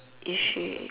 is she